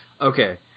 okay